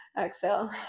Exhale